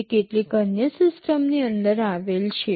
તે કેટલીક અન્ય સિસ્ટમની અંદર આવેલ છે